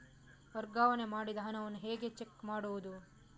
ವರ್ಗಾವಣೆ ಮಾಡಿದ ಹಣವನ್ನು ಹೇಗೆ ಚೆಕ್ ಮಾಡುವುದು?